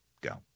Go